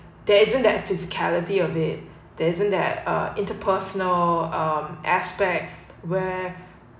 there isn't that physicality of it there isn't that uh into personal um aspect where